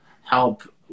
help